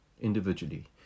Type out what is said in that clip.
individually